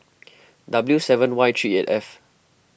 W seven Y three eight F